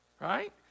right